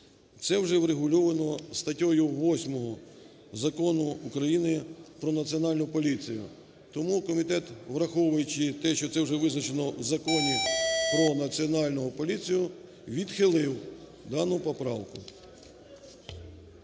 Це вже врегульовано статтею 8 Закону України "Про Національну поліцію". Тому комітет, враховуючи те, що це вже визначено в Законі "Про Національну поліцію", відхилив дану поправку.